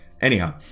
Anyhow